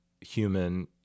human